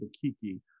Kiki